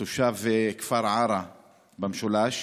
תושב כפר ערערה במשולש,